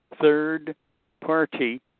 third-party